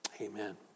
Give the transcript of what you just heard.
Amen